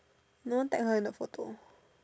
no one tag her in the photo